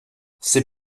c’est